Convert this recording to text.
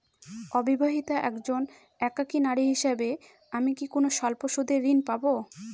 অবিবাহিতা একজন একাকী নারী হিসেবে আমি কি কোনো স্বল্প সুদের ঋণ পাব?